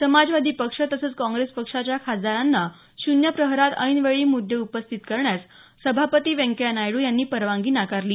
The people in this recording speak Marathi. समाजवादी पक्ष तसंच काँग्रेस पक्षाच्या खासदारांना शून्य प्रहरात ऐनवेळी मुद्दे उपस्थित करण्यास सभापती व्यंकय्या नायडू यांनी परवानगी नाकारली